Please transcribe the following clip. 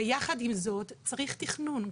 ויחד עם זאת צריך תכנון,